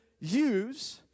use